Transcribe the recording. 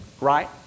Right